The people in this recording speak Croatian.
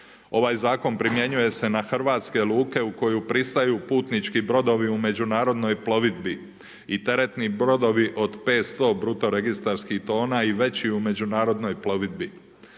Ovaj zakon primjenjuje se na hrvatske luke u kojoj pristaju putnički brodovi u međunarodnoj plovidbi i teretni brodovi od 500 bruto registarskih tona i veći u međunarodnoj plovidbi,